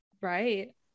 Right